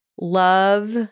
Love